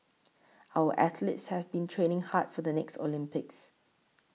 our athletes have been training hard for the next Olympics